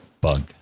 bug